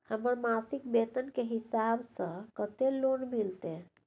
हमर मासिक वेतन के हिसाब स कत्ते लोन मिलते?